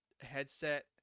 headset